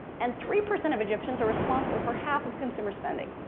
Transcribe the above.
and three percent of egyptians are responsible for half of consumer spending.